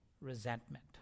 resentment